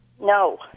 No